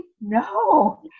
no